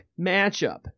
matchup